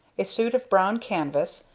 a suit of brown canvas,